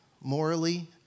morally